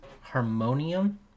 Harmonium